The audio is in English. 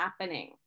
happening